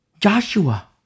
Joshua